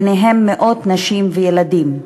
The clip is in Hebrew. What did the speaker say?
ביניהם מאות נשים וילדים,